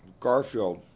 Garfield